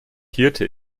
hirte